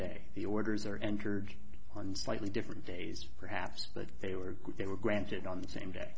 day the orders are entered on slightly different days perhaps but they were they were granted on the same day